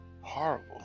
horrible